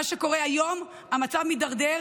המצב מידרדר